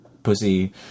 pussy